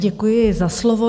Děkuji za slovo.